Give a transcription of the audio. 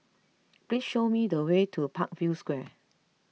please show me the way to Parkview Square